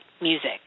music